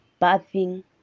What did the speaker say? bathing